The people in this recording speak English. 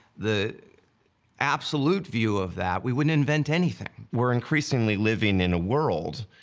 the absolute view of that, we wouldn't invent anything. we're increasingly living in a world